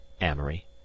amory